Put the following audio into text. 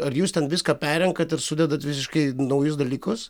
ar jūs ten viską perrenkat ir sudedat visiškai naujus dalykus